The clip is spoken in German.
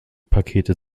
pakete